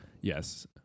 Yes